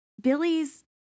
billy's